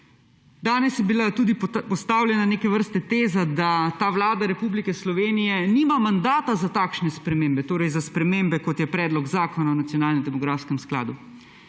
Danes je bila tudi postavljena neke vrste teza, da ta vlada Republike Slovenije nima mandata za takšne spremembe. Torej, za spremembe kot je predlog zakona o nacionalnem demografskem skladu.